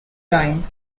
time